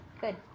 Good